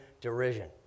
derision